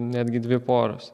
netgi dvi poros